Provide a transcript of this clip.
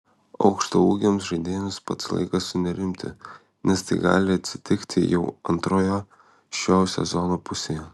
aukštaūgiams žaidėjams pats laikas sunerimti nes tai gali atsitikti jau antroje šio sezono pusėje